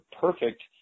perfect